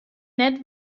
net